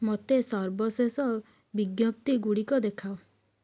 ମୋତେ ସର୍ବଶେଷ ବିଜ୍ଞପ୍ତି ଗୁଡ଼ିକ ଦେଖାଅ